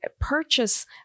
purchase